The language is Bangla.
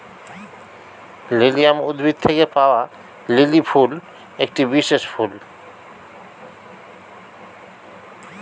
লিলিয়াম উদ্ভিদ থেকে পাওয়া লিলি ফুল একটি বিশেষ ফুল